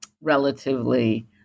relatively